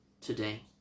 today